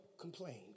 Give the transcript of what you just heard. complained